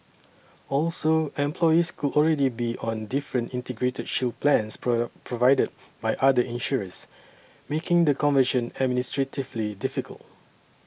also employees could already be on different Integrated Shield plans pro provided by other insurers making the conversion administratively difficult